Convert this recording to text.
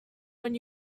when